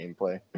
gameplay